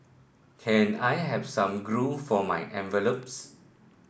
can I have some glue for my envelopes